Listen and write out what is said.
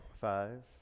five